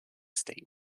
state